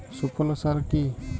সুফলা সার কি?